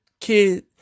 Kid